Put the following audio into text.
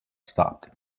stopped